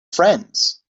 friends